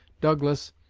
douglas,